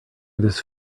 this